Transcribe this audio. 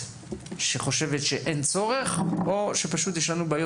שחושבת שאין צורך או שפשוט יש לנו בעיות